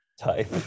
type